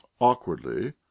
awkwardly